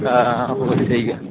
हां ठीक ओह् ऐ